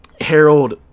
Harold